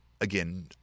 Again